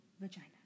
vagina